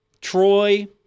Troy